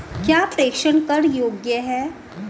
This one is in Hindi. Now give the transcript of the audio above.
क्या प्रेषण कर योग्य हैं?